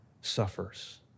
suffers